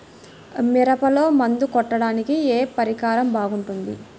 మిరపలో మందు కొట్టాడానికి ఏ పరికరం బాగుంటుంది?